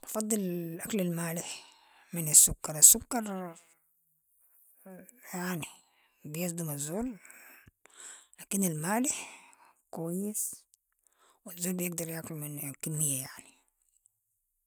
بفضل الاكل المالح من السكر، السكر يعني بيصدم الزول، لكن المالح كويس و الزول بيقدر ياكل من كمية يعني.